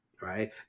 right